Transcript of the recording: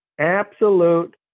absolute